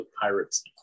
pirate's